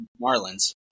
Marlins